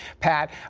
pat,